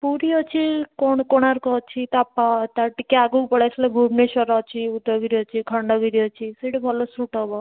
ପୁରୀ ଅଛି କୋଣାର୍କ ଅଛି ତା' ଟିକେ ଆଗକୁ ପଳାଇ ଆସିଲେ ଭୁବନେଶ୍ୱର ଅଛି ଉଦୟଗିରି ଅଛି ଖଣ୍ଡଗିରି ଅଛି ସେଇଠି ଭଲ ଶୂଟ୍ ହବ